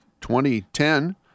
2010